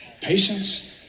Patience